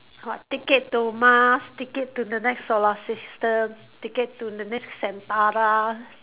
what ticket to Mars ticket to the next solar system ticket to the next